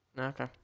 Okay